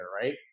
right